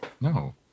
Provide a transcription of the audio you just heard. No